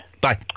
Bye